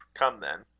come then.